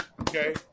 Okay